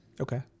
Okay